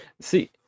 See